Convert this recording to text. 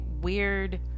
Weird